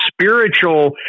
spiritual